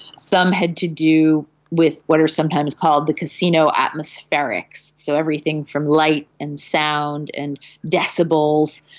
some had to do with what are sometimes called the casino atmospherics. so, everything from light and sound and decibels,